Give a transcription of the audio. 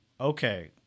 okay